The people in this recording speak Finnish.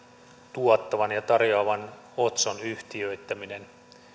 tuottavan ja tarjoavan otson yhtiöittäminen